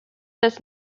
does